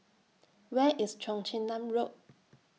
Where IS Cheong Chin Nam Road